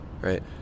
right